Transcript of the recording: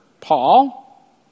Paul